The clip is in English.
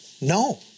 No